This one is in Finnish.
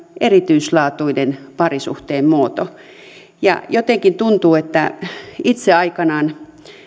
erityislaatuinen parisuhteen muoto jotenkin tuntuu että aikanaan